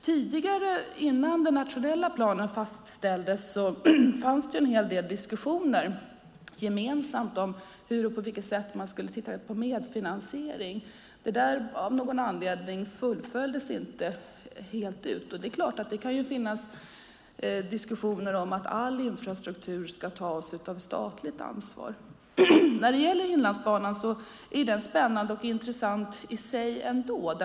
Tidigare, innan den nationella planen fastställdes, fanns det en hel del diskussioner gemensamt om hur man skulle titta på medfinansiering. Av någon anledning fullföljdes inte det helt. Det är klart att det kan finnas diskussioner om att all infrastruktur ska vara ett statligt ansvar. Inlandsbanan är spännande och intressant i sig ändå.